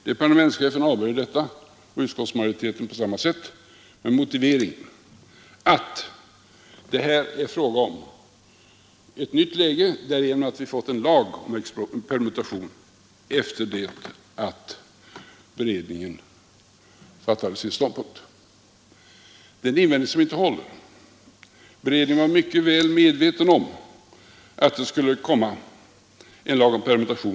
Departementschefen avböjer detta och utskottsmajoriteten går på samma linje, med den motiveringen att detta är fråga om ett nytt läge därigenom att vi har fått en lag om permutation efter det att beredningen intog sin ståndpunkt. Men det är en invändning som inte håller. Beredningen var mycket väl medveten om att det skulle komma en lag om permutation.